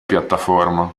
piattaforma